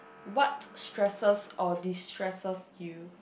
what stresses or destresses you